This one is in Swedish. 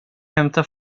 hämta